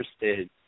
interested